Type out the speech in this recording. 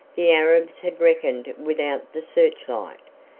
the arabs had reckoned without the searchlight.